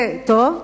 זה טוב?